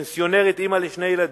היא פנסיונרית, אמא לשני ילדים.